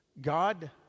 God